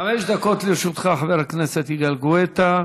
חמש דקות לרשותך, חבר הכנסת יגאל גואטה.